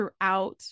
throughout